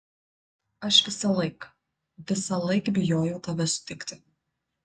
aš visąlaik visąlaik bijojau tave sutikti